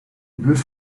buurt